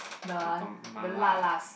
the term Mala